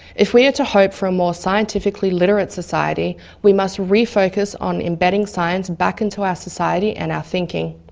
if we are to hope for a more scientifically-literate society we must refocus on embedding science back into our society and our thinking.